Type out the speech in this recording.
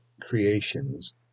creations